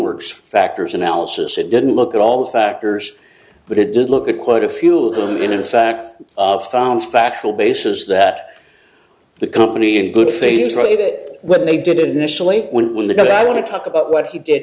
works factors analysis it didn't look at all the factors but it did look at quite a few of them in a fact found factual basis that the company in good faith is really that what they did miss a late when when the i want to talk about what he did